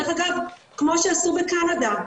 דרך אגב, כמו שעשו בקנדה.